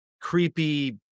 creepy